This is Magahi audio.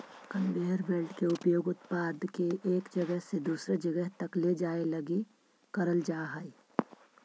कनवेयर बेल्ट के उपयोग उत्पाद के एक जगह से दूसर जगह तक ले जाए लगी करल जा हई